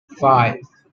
five